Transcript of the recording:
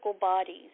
bodies